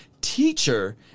teacher